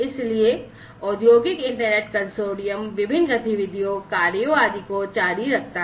इसलिए औद्योगिक internet consortium विभिन्न गतिविधियों कार्यों आदि को जारी रखता है